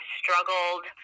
struggled